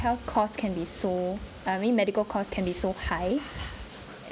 health costs can be so I mean medical costs can be so high